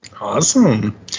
Awesome